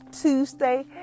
Tuesday